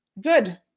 Good